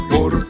Por